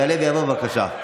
יעלה ויבוא, בבקשה.